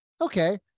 okay